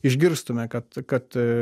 išgirstume kad kad